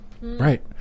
Right